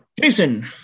Jason